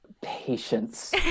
Patience